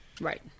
Right